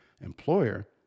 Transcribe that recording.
employer